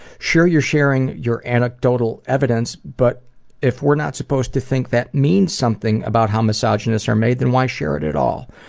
you're sharing your anecdotal evidence, but if we're not supposed to think that means something about how misogynists are made then why share it at all?